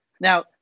Now